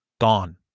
gone